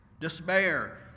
despair